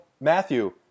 Matthew